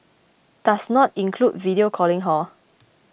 does not include video calling hor